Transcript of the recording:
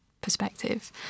perspective